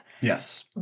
Yes